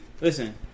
Listen